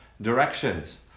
directions